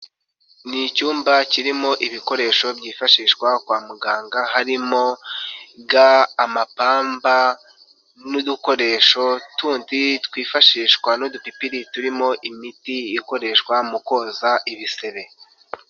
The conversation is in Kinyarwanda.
Ni icyumba kirimo ibikoresho byifashishwa kwa muganga, harimo ga, amapamba, n'udukoresho tundi twifashishwa n'udupipiki turimo imiti ikoreshwa mu koza ibisebe.